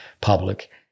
public